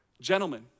Gentlemen